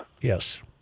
Yes